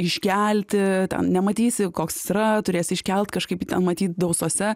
iškelti nematysi koks jis yra turėsi iškelt kažkaip jį ten matyt dausose